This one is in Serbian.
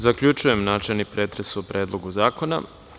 Zaključujem načelni pretres o Predlogu zakona.